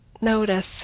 Notice